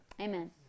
Amen